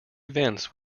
events